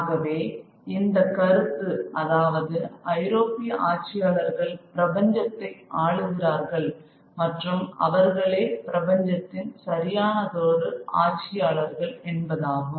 ஆகவே இந்தக் கருத்து அதாவது ஐரோப்பிய ஆட்சியாளர்கள் பிரபஞ்சத்தை ஆளுகிறார்கள் மற்றும் அவர்களே பிரபஞ்சத்தின் சரியானதொரு ஆட்சியாளர்கள் என்பதாகும்